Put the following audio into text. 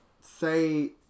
say